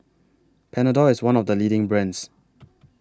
Panadol IS one of The leading brands